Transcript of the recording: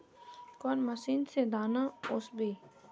कौन मशीन से दाना ओसबे?